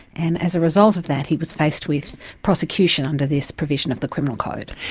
and as a result of that he was faced with prosecution under this provision of the criminal code.